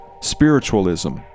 spiritualism